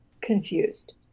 confused